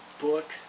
book